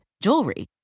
jewelry